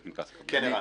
בבקשה.